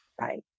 right